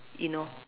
you know